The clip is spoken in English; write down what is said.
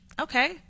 Okay